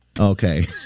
Okay